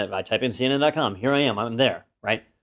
um i type in cnn com. here i am, i'm there, right?